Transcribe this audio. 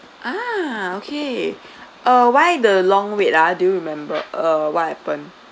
ah okay uh why the long wait ah do you remember uh what happened